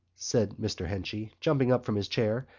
said mr. henchy, jumping up from his chair.